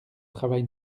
travail